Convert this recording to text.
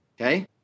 okay